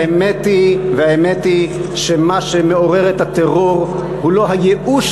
והאמת היא שמה שמעורר את הטרור הוא לא הייאוש,